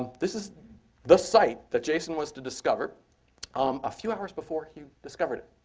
this is the site that jason was to discover um a few hours before he discovered it.